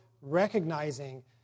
recognizing